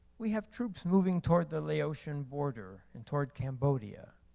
we have troops moving toward the laotian border and toward cambodia.